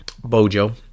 Bojo